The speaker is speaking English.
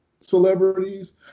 celebrities